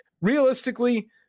Realistically